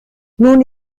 nun